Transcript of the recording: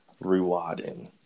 rewarding